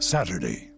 Saturday